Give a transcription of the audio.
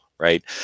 Right